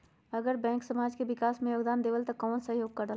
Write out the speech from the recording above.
अगर बैंक समाज के विकास मे योगदान देबले त कबन सहयोग करल?